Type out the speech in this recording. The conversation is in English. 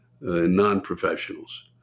non-professionals